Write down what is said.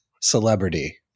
celebrity